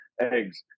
eggs